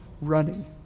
running